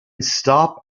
stop